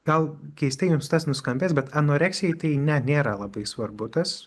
gal keistai jums tas nuskambės bet anoreksijai tai ne nėra labai svarbu tas